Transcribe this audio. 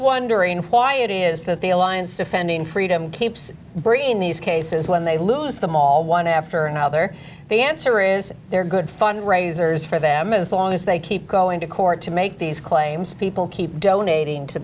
wondering why it is that the alliance defending freedom keeps bringing these cases when they lose them all one after another the answer is they're good fund raisers for them as long as they keep going to court to make these claims people keep donating to